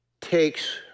takes